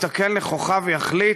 הגיע הזמן שהעם יסתכל נכוחה ויחליט: